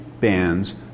bands